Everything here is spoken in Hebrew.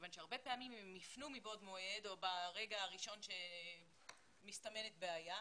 הרבה פעמים אם הם יפנו בעוד מועד או ברגע הראשון שמסתמנת בעיה,